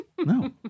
no